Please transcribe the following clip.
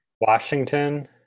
Washington